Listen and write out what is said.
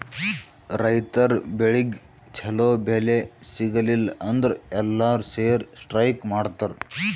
ರೈತರ್ ಬೆಳಿಗ್ ಛಲೋ ಬೆಲೆ ಸಿಗಲಿಲ್ಲ ಅಂದ್ರ ಎಲ್ಲಾರ್ ಸೇರಿ ಸ್ಟ್ರೈಕ್ ಮಾಡ್ತರ್